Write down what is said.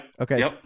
Okay